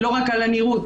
לא רק על הנראות,